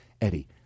Eddie